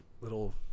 little